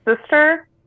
sister